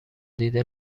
دیده